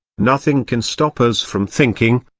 nothing can stop us from thinking.